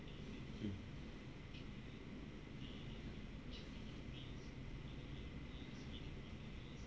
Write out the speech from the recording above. mm